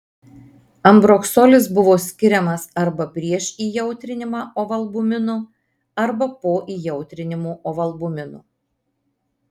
ambroksolis buvo skiriamas arba prieš įjautrinimą ovalbuminu arba po įjautrinimo ovalbuminu